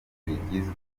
ifunguro